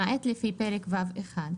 למעט לפי פרק ו'1,